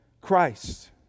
Christ